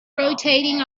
rotating